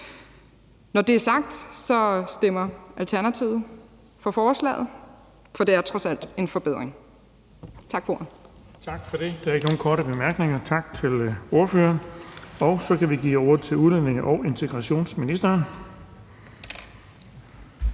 Når det er sagt, stemmer Alternativet for forslaget, for det er trods alt en forbedring. Tak for ordet. Kl. 18:59 Den fg. formand (Erling Bonnesen): Tak for det. Der er ikke nogen korte bemærkninger. Tak til ordføreren. Så kan vi give ordet til udlændinge- og integrationsministeren.